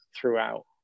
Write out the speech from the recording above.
throughout